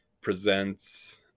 presents